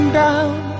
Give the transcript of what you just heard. down